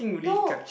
no